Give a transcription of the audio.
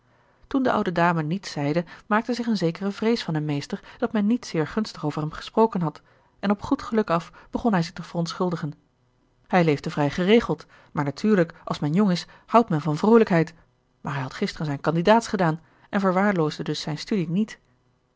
toen de oude dame niets zeide maakte zich eene zekere vrees van hem meester dat men niet zeer gunstig over hem gesproken had en op goed geluk af begon hij zich te verontschuldigen hij leefde vrij geregeld maar natuurlijk als men jong is houdt men van vroolijkheid maar hij had gisteren zijn kandidaats gedaan en verwaarloosde dus zijn studie niet